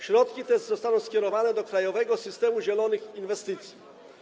Środki te zostaną skierowane do krajowego systemu zielonych inwestycji.